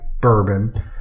bourbon